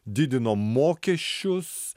didino mokesčius